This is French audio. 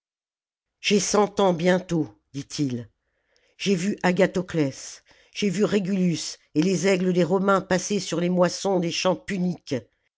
j'ai cent ans bientôt dit-il j'ai vu agathoclès j'ai vu régulus et les aigles des romains passer sur les moissons des champs puniques